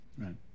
Right